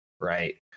right